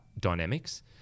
dynamics